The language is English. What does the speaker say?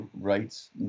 rights